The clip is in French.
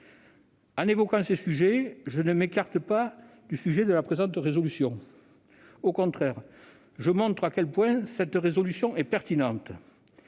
En évoquant ces problèmes, je ne m'écarte pas du sujet de la présente résolution. Au contraire, je montre à quel point cette résolution est pertinente